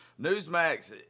Newsmax